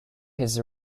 his